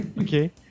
okay